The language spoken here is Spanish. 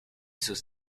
sus